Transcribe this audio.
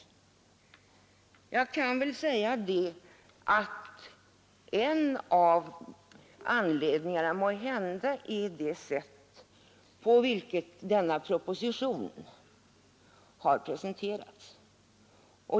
Jag kan väl säga att en av anledningarna till oron måhända är det sätt på vilket denna proposition har presenterats.